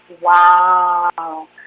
Wow